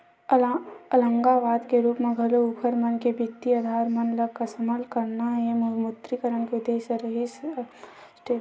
अलगाववाद के रुप म घलो उँखर मन के बित्तीय अधार मन ल कमसल करना ये विमुद्रीकरन के उद्देश्य रिहिस हे रास्ट बिरोधी मन बर